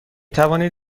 توانید